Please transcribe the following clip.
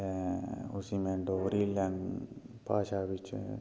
में उसी में डोगरी लैंग भाशा बिच्च